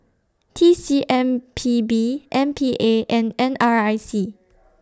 T C M P B M P A and N R I C